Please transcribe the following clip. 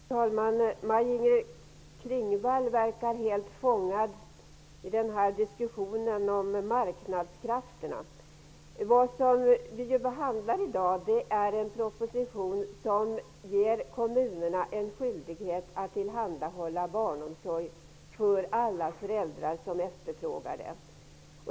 Fru talman! Maj-Inger Klingvall verkar helt fångad av marknadskrafterna. Vi behandlar i dag en proposition där kommunerna ges skyldighet att tillhandahålla barnomsorg för alla föräldrar som efterfrågar det.